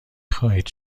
خواهید